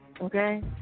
okay